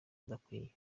adakwiye